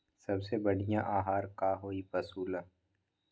सबसे बढ़िया आहार का होई पशु ला?